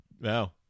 Wow